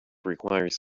requires